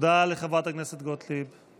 תודה לחברת הכנסת גוטליב.